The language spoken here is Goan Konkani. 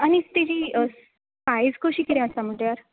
आनीक तेजी साय्ज कशी कितें आसा म्हटल्यार